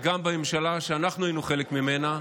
וגם בממשלה שאנחנו היינו חלק ממנה,